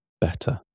better